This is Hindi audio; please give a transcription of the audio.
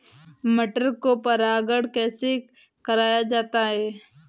मटर को परागण कैसे कराया जाता है?